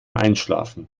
einschlafen